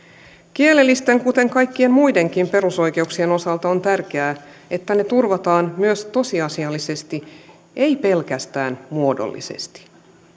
kielellisten kuten kaikkien muidenkin perusoikeuksien osalta on tärkeää että ne turvataan myös tosiasiallisesti ei pelkästään muodollisesti